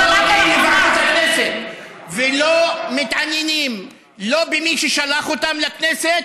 גם לא מגיעים לוועדות הכנסת ולא מתעניינים במי ששלח אותם לכנסת,